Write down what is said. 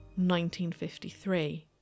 1953